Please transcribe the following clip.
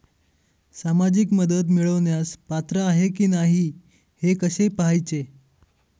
सामाजिक मदत मिळवण्यास पात्र आहे की नाही हे कसे पाहायचे?